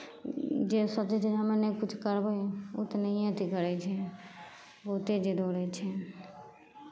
जे सोचै छै जे हमे नहि किछु करबै ओ तऽ नहिए टिक कऽ रहै छै बहुत जे दौड़ै छै